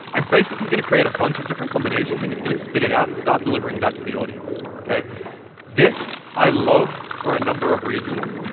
and facebook is going to create a bunch of different combinations and it's gonna spit it out and start delivering that to the audience. this i love for a number of reasons.